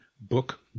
book